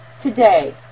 today